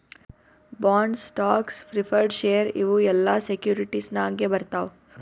bonds, stocks, preferred share ಇವು ಎಲ್ಲಾ securities ನಾಗೆ ಬರ್ತಾವ್